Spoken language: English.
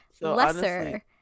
lesser